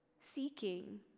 Seeking